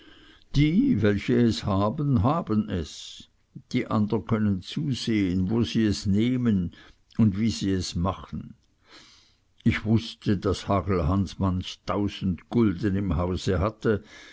die welche es haben haben es die andern können zusehen wo sie es nehmen und wie sie es machen ich wußte daß hagelhans manchtausend gulden im hause hatte